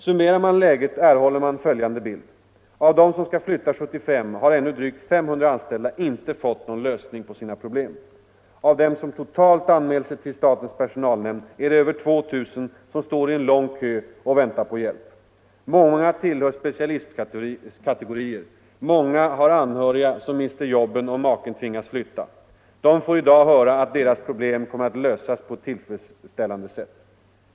Summerar man läget erhåller man följande bild: Av dem som skall flytta 1975 har drygt 500 anställda ännu inte fått någon lösning på sina problem. Av dem som totalt anmält sig till statens personalnämnd är det över 2 000 som står i en lång kö och väntar på hjälp. Många tillhör specialistkategorier. Många har anhöriga som mister jobben om maken tvingas flytta. De får i dag höra att deras problem kommer att lösas på ett tillfredsställande sätt.